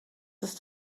ist